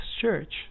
church